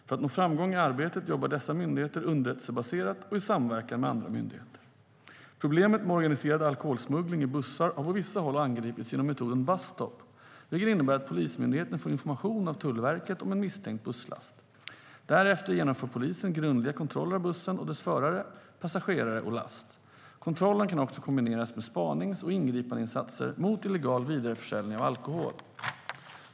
För att nå framgång i arbetet jobbar dessa myndigheter underrättelsebaserat och i samverkan med andra myndigheter. Problemet med organiserad alkoholsmuggling i bussar har på vissa håll angripits genom metoden Bus Stop, vilken innebär att Polismyndigheten får information av Tullverket om en misstänkt busslast. Därefter genomför polisen grundliga kontroller av bussen och dess förare, passagerare och last. Kontrollerna kan också kombineras med spanings och ingripandeinsatser mot illegal vidareförsäljning av alkohol.